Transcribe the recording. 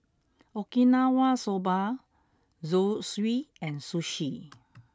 Okinawa soba Zosui and Sushi